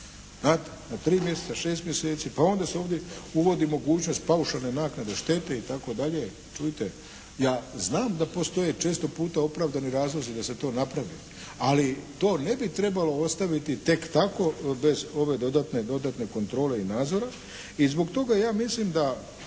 na tri mjeseca, šest mjeseci, pa onda se ovdje uvodi mogućnost paušalne naknade štete itd. Čujte, ja znam da postoje često puta opravdani razlozi da se to napravi, ali to ne bi trebalo ostaviti tek tako bez ove dodatne kontrole i nadzora i zbog toga ja mislim da